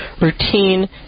routine